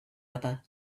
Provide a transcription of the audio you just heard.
other